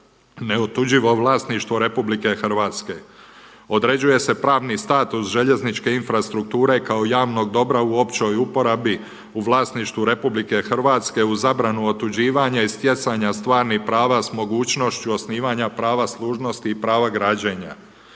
neotuđivo vlasništvo RH. Određuje se pravni status željezničke infrastrukture kao javnog dobra u općoj uporabi u vlasništvu RH u zabranu otuđivanja i stjecanja stvarnih prava s mogućnošću osnivanja prava služnosti i prava građenja